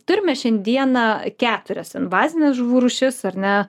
turime šiandieną keturias invazines žuvų rūšis ar ne